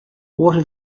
water